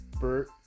Bert